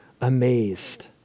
amazed